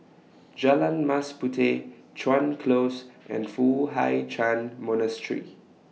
Jalan Mas Puteh Chuan Close and Foo Hai Ch'An Monastery